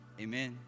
Amen